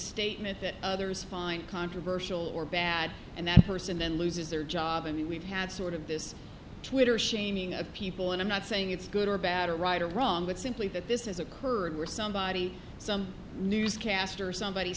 statement that others find controversial or bad and that person then loses their job and we've had sort of this twitter shaming of people and i'm not saying it's good or bad or right or wrong but simply that this has occurred where somebody some newscaster somebody